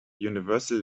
universal